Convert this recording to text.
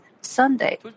Sunday